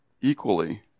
Equally